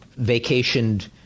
vacationed